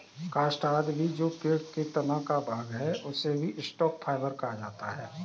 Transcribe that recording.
काष्ठ आदि भी जो पेड़ के तना का भाग है, उसे भी स्टॉक फाइवर कहा जाता है